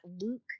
Luke